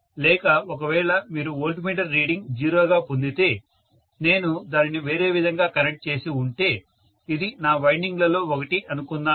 లేక ఒకవేళ మీరు వోల్ట్ మీటర్ రీడింగ్ జీరో గా పొందితే నేను దానిని వేరే విధంగా కనెక్ట్ చేసి ఉంటే ఇది నా వైండింగ్ లలో ఒకటి అనుకుందాము